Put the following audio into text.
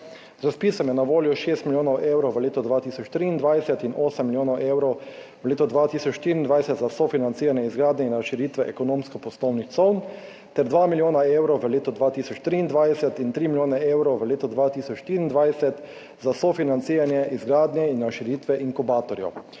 razpisom je na voljo 6 milijonov evrov v letu 2023 in 8 milijonov evrov v letu 2024 za sofinanciranje izgradnje in širitve ekonomsko-poslovnih con ter 2 milijona evrov v letu 2023 in 3 milijone evrov v letu 2024 za sofinanciranje izgradnje in za širitve inkubatorjev.